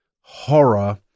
horror